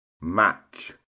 match